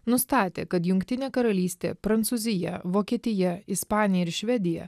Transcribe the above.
nustatė kad jungtinė karalystė prancūzija vokietija ispanija ir švedija